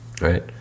Right